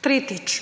Tretjič,